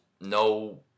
no